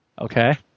Okay